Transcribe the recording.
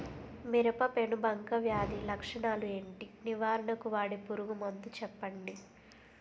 మిరప పెనుబంక వ్యాధి లక్షణాలు ఏంటి? నివారణకు వాడే పురుగు మందు చెప్పండీ?